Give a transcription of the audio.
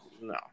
No